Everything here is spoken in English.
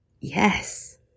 yes